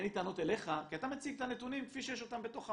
אין לי טענות אליך כי אתה מציג את הנתונים כפי שיש אותם בתוך המערכת,